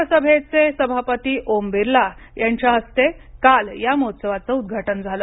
लोकसभेचे सभापती ओम बिर्ला यांच्या हस्ते काल या महोत्सवाचं उद्घाटन झालं